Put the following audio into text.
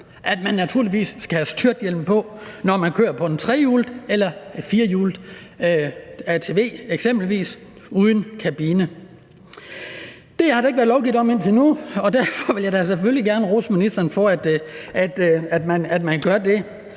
at man naturligvis skal have styrthjelm på, når man kører på en trehjulet eller firehjulet ATV, eksempelvis, uden kabine. Det har der ikke været lovgivet om indtil nu, og derfor vil jeg da selvfølgelig gerne rose ministeren for, at man gør det.